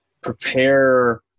prepare